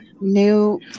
new